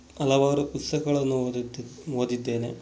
ಹಲವಾರು ಪುಸ್ತಕಗಳನ್ನು ಓದುತ್ತಿ ಓದಿದ್ದೇನೆ